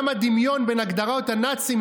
גם הדמיון בין הגדרות הנאצים,